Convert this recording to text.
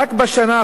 רק הנתונים מהשנה